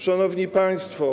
Szanowni Państwo!